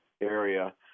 area